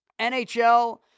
NHL